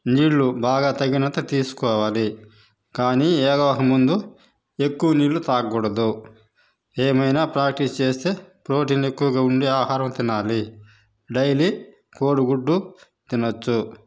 నీళ్ళు బాగా తగినంత తీసుకోవాలి కానీ యోగాకు ముందు ఎక్కువ నీళ్ళు తాగకూడదు ఏమైనా ప్రాక్టీస్ చేస్తే ప్రోటీన్ ఎక్కువగా ఉండే ఆహారం తినాలి డైలీ కోడిగుడ్డు తినవచ్చు